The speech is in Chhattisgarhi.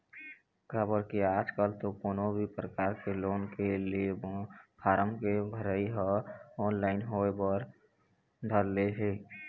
काबर के आजकल तो कोनो भी परकार के लोन के ले म फारम के भरई ह ऑनलाइन होय बर धर ले हे